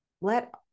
let